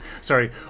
Sorry